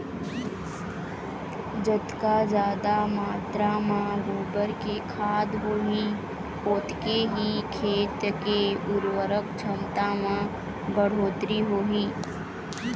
जतका जादा मातरा म गोबर के खाद होही ओतके ही खेत के उरवरक छमता म बड़होत्तरी होही